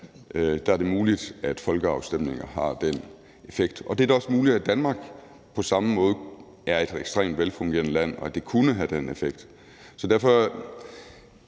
er det muligt, at folkeafstemninger har den effekt. Og det er da også muligt, at Danmark på samme måde er et ekstremt velfungerende land, og at det kunne have den effekt. Altså,